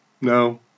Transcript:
No